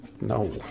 No